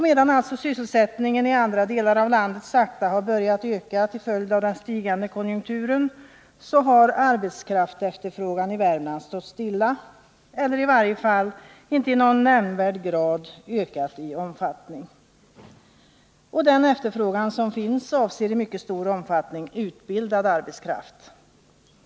Medan alltså sysselsättningen i andra delar av landet sakta har börjat öka till följd av den stigande konjunkturen, har arbetskraftefterfrågan i Värmland stått stilla — eller i varje fall inte i nämnvärd grad ökat i omfattning. Den efterfrågan som finns avser i mycket stor omfattning utbildad arbetskraft.